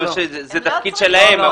זה התפקיד שלהם.